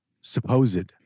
supposed